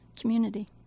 community